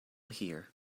here